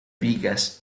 vigas